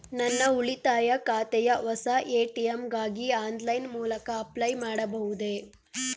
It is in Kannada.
ನನ್ನ ಉಳಿತಾಯ ಖಾತೆಯ ಹೊಸ ಎ.ಟಿ.ಎಂ ಗಾಗಿ ಆನ್ಲೈನ್ ಮೂಲಕ ಅಪ್ಲೈ ಮಾಡಬಹುದೇ?